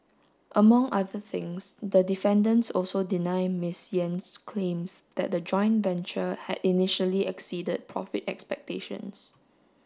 among other things the defendants also deny Miss Yen's claims that the joint venture had initially exceeded profit expectations